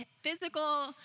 physical